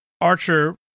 Archer